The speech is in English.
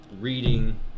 reading